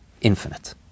infinite